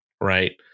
Right